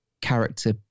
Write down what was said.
character